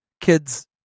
kids